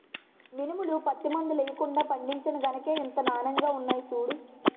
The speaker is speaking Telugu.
మినుములు, పత్తి మందులెయ్యకుండా పండించేను గనకే ఇంత నానెంగా ఉన్నాయ్ సూడూ